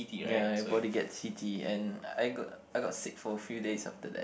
ya everybody gets heaty and I got I got sick for a few days after that